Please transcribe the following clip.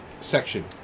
section